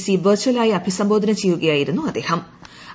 C വെർച്ചല്ലായി അഭിസംബോധന ചെയ്യുകയായിരുന്നു അദ്ദേക്ക്